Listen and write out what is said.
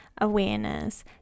awareness